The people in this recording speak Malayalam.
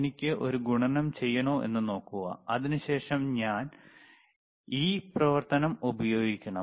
എനിക്ക് ഒരു ഗുണനം ചെയ്യണോ എന്ന് നോക്കുക അതിനുശേഷം ഞാൻ ഈ പ്രവർത്തനം ഉപയോഗിക്കണം